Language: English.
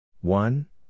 One